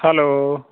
hello